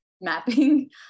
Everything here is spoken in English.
mapping